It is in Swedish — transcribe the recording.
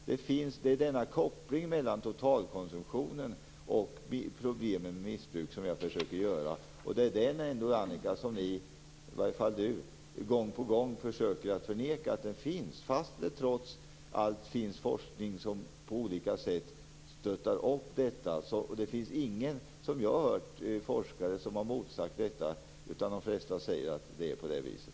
Det är denna koppling mellan totalkonsumtionen och problemen med missbruk som jag försöker göra. Det är det som Moderaterna - i varje fall Annika Jonsell - gång på gång försöker förneka att det finns, trots att forskning på olika sätt stöttar detta. Jag har inte hört någon forskare som har motsagt detta, utan de flesta säger att det är på det viset.